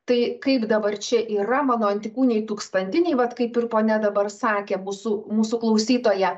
tai kaip dabar čia yra mano antikūniai tūkstantiniai vat kaip ir ponia dabar sakė mūsų mūsų klausytoja